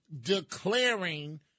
declaring